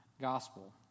gospel